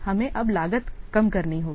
हमें अब लागत कम करनी होगी